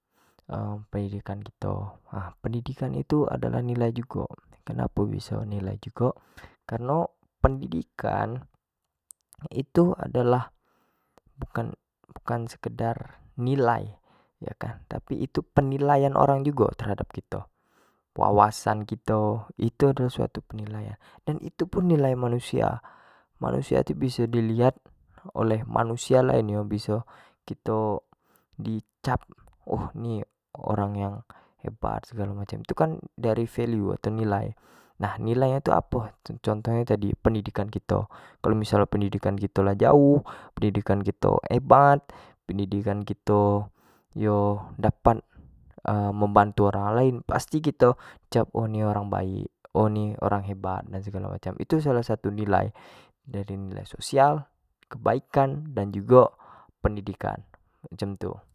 pendidikan kito, pendidikan itu adalah nilai jugo, kenapo biso nilai jugo. kareno pendidikan itu adalah bukan-bukan sekedar nilai yo kan tapi itu penilaian orang jugo terhadap kito, wawasan kito itu ado suatu penilaian itu merupokan salah satu nilai manusia, manusia tu bisa di lihat oleh manusia lainnyo, kito di cap oh ni orang yang hebat segalo macam tu kan dari value atau nilai, nah nilai tu apo, nah itu contoh nyo tadi dari pendidikan kito kalau missal nyo pendidikan lahn jauh, pendidikan kito hebat, pendidikan kito yo dapat membantu orang lain pasti kito di cap ini orang baik, ini orang hebat, dan segalo macam itu salah satu nilai, dari nilai social, kebaikan, dan jugo pendidikan macam tu.